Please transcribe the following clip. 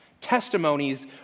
testimonies